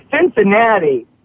Cincinnati